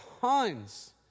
tons